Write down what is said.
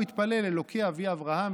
הוא התפלל: אלוקי אבי אברהם,